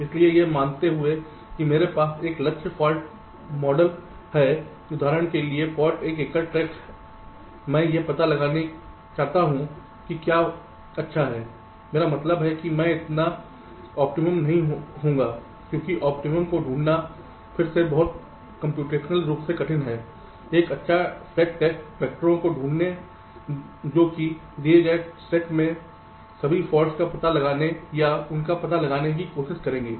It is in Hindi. इसलिए यह मानते हुए कि मेरे पास एक लक्ष्य फाल्ट मॉडल हैउदाहरण के लिए फाल्ट पर एकल स्टैक मैं यह पता लगाना चाहता हूं कि क्या अच्छा है मेरा मतलब है कि मैं इतना ऑप्टिमम नहीं होगा क्योंकि ऑप्टिमम को ढूंढना फिर से बहुत कम्प्यूटेशनल रूप से कठिन है एक अच्छा सेट टेस्ट वैक्टर को ढूंढना जो कि दिए गए सेट से सभी फॉल्ट्स का पता लगाने या उनका पता लगाने की कोशिश करेंगे